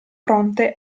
pronte